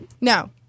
No